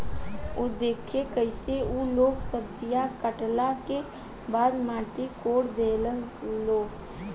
उ देखऽ कइसे उ लोग सब्जीया काटला के बाद माटी कोड़ देहलस लो